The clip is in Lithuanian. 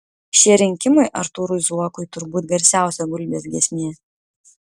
šie rinkimai artūrui zuokui turbūt garsiausia gulbės giesmė